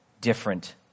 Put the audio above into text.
different